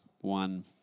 one